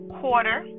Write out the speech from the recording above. quarter